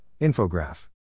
infograph